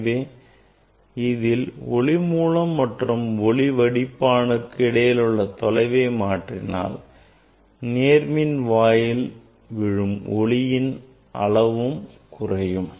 எனவே இதில் ஒளி மூலம் மற்றும் ஒளி வடிப்பானுக்கு இடையிலுள்ள தொலைவை மாற்றினால் எதிர்மின் வாயில் விழும் ஒளியின் அளவுமா குறையும்